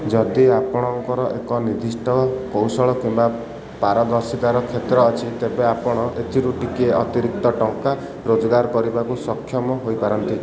ଯଦି ଆପଣଙ୍କର ଏକ ନିର୍ଦ୍ଦିଷ୍ଟ କୌଶଳ କିମ୍ବା ପାରଦର୍ଶିତାର କ୍ଷେତ୍ର ଅଛି ତେବେ ଆପଣ ଏଥିରୁ ଟିକିଏ ଅତିରିକ୍ତ ଟଙ୍କା ରୋଜଗାର କରିବାକୁ ସକ୍ଷମ ହୋଇପାରନ୍ତି